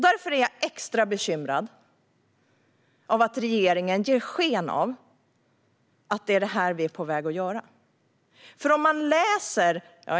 Därför är jag extra bekymrad av att regeringen ger sken av att det är detta som vi är på väg att göra.